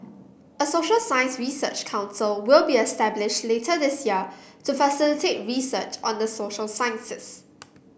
a social science research council will be established later this year to facilitate research on the social sciences